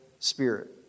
Spirit